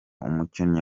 umukinnyi